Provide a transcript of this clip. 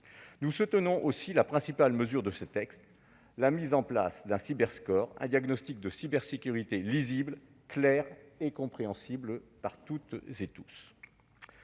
Nous soutenons ainsi la principale mesure de ce texte, la mise en place d'un Cyber-score, c'est-à-dire d'un diagnostic de cybersécurité lisible, clair et compréhensible par toutes et tous.